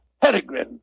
Peregrine